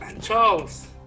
Charles